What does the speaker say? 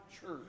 church